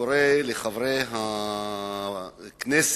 וקורא לחברי הכנסת